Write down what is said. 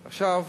עכשיו,